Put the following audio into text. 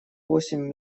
восемь